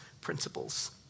principles